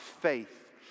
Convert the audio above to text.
faith